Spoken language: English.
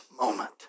moment